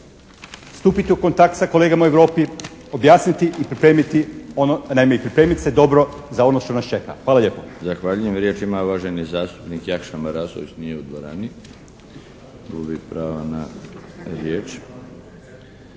stupiti u kontakt sa kolegama u Europi, objasniti i pripremiti ono, naime pripremiti se dobro za ono što nas čeka. Hvala lijepa.